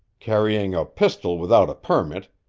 carrying a pistol without a permit,